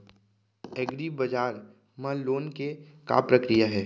एग्रीबजार मा लोन के का प्रक्रिया हे?